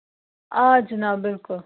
آ جِناب بِلکُل